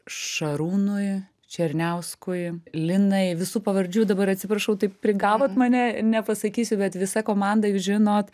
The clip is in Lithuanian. šarūnui černiauskui linai visų pavardžių dabar atsiprašau taip prigavot mane nepasakysiu bet visa komanda jūs žinot